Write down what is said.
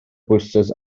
bwyslais